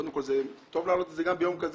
קודם כול זה טוב להעלות את זה גם ביום כזה.